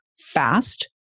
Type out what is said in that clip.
fast